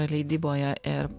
leidyboje ir